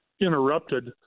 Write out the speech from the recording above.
interrupted